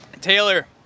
taylor